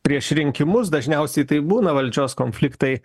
prieš rinkimus dažniausiai taip būna valdžios konfliktai